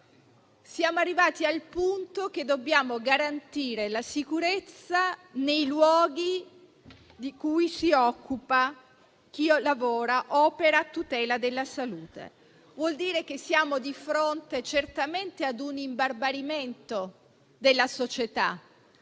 Siamo arrivati al punto che dobbiamo garantire la sicurezza nei luoghi di cui si occupa chi lavora e opera a tutela della salute. Ciò vuol dire che siamo di fronte certamente ad un imbarbarimento della società,